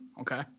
okay